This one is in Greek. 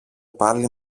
πάλι